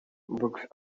books